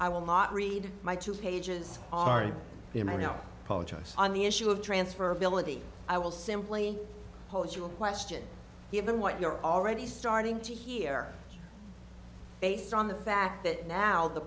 i will not read my two pages are you and i know on the issue of transfer ability i will simply cultural question given what you're already starting to hear based on the fact that now the